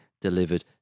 delivered